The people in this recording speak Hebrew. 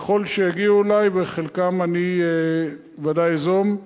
ככל שיגיעו אלי, וחלקם אני ודאי איזום.